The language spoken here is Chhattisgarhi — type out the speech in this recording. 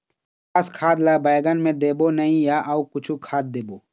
पोटास खाद ला बैंगन मे देबो नई या अऊ कुछू खाद देबो?